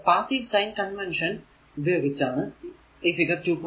അത് passive sign convention ഉപയോഗിച്ച് ഈ ഫിഗർ 2